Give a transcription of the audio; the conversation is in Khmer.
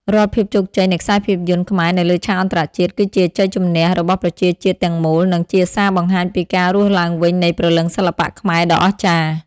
រាល់ភាពជោគជ័យនៃខ្សែភាពយន្តខ្មែរនៅលើឆាកអន្តរជាតិ គឺជាជ័យជម្នះរបស់ប្រជាជាតិទាំងមូល និងជាសារបង្ហាញពីការរស់ឡើងវិញនៃព្រលឹងសិល្បៈខ្មែរដ៏អស្ចារ្យ។